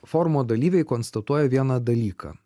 forumo dalyviai konstatuoja vieną dalyką